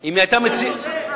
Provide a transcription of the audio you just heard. אתה כל כך צודק,